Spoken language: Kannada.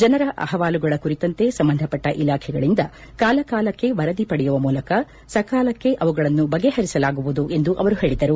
ಜನರ ಅಹವಾಲುಗಳ ಕುರಿತಂತೆ ಸಂಬಂಧಪಟ್ಟ ಇಲಾಖೆಗಳಿಂದ ಕಾಲ ಕಾಲಕ್ಷೆ ವರದಿ ಪಡೆಯುವ ಮೂಲಕ ಸಕಾಲಕ್ಕೆ ಅವುಗಳನ್ನು ಬಗೆಹರಿಸಲಾಗುವುದು ಎಂದು ಅವರು ಹೇಳಿದರು